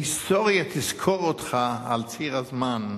ההיסטוריה תזכור אותך על ציר הזמן,